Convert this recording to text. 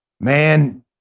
Man